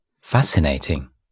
fascinating